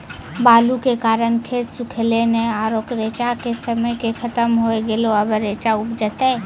बालू के कारण खेत सुखले नेय आरु रेचा के समय ही खत्म होय गेलै, अबे रेचा उपजते?